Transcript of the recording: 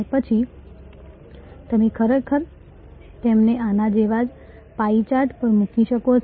પછી તમે ખરેખર તેમને આના જેવા પાઇ ચાર્ટ પર મૂકી શકો છો